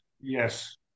Yes